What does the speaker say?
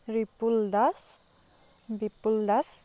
Ripul Das Bipul Das